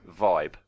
vibe